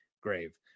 Grave